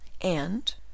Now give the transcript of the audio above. and